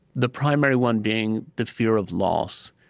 the primary one being the fear of loss.